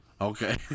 Okay